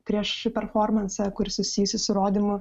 prieš performansą kuri susijusi su rodymu